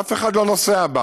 אף אחד לא נוסע בה.